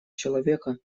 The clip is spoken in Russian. человека